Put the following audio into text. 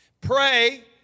Pray